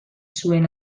zuen